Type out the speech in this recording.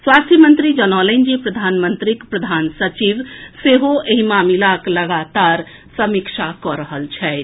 स्वास्थ्य मंत्री जनौलनि जे प्रधानमंत्रीक प्रधान सचिव सेहो एहि मामिलाक लगातार समीक्षा कऽ रहल छथि